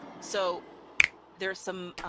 so there's some,